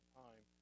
time